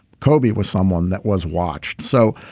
kobe was someone that was watched. so